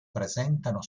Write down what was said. presentano